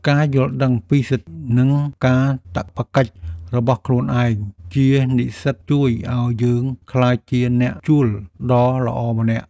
ការយល់ដឹងពីសិទ្ធិនិងកាតព្វកិច្ចរបស់ខ្លួនឯងជានិស្សិតជួយឱ្យយើងក្លាយជាអ្នកជួលដ៏ល្អម្នាក់។